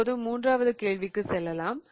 இப்போது மூன்றாவது கேள்விக்கு செல்லலாம்